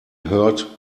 heard